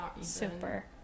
super